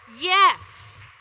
Yes